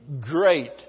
great